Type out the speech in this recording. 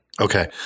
Okay